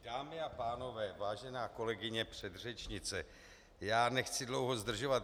Dámy a pánové, vážená kolegyně předřečnice, já nechci dlouho zdržovat.